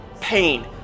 Pain